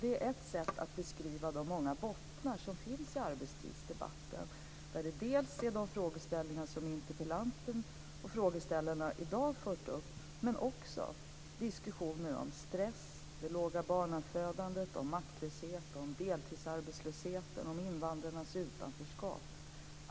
Det är ett sätt att beskriva de många bottnar som finns i arbetstidsdebatten där vi har dels de frågeställningar som interpellanten och övriga frågeställare i dag har fört upp, dels diskussioner om stress, lågt barnafödande, maktlöshet, deltidsarbetslöshet och invandrarnas utanförskap.